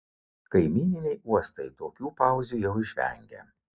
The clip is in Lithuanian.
kaimyniniai uostai tokių pauzių jau išvengia